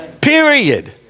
Period